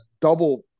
double